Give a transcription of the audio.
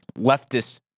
leftist